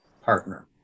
partner